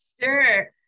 sure